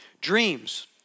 Dreams